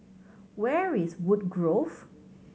where's Woodgrove